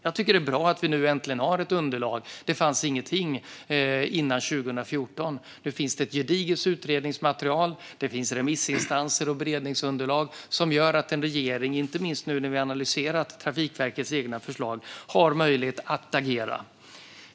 Jag tycker att det är bra att vi nu äntligen har ett underlag. Det fanns ingenting före 2014, men nu finns det ett gediget utredningsmaterial och remissinstanser och beredningsunderlag som gör att en regering, inte minst nu när vi har analyserat Trafikverkets egna förslag, har möjlighet att agera.